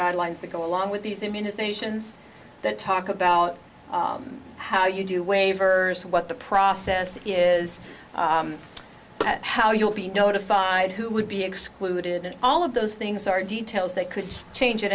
guidelines that go along with these immunizations that talk about how you do waivers what the process is how you'll be notified who would be excluded and all of those things are details that could change